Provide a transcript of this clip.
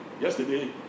yesterday